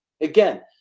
Again